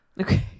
okay